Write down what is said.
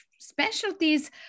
specialties